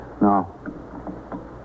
No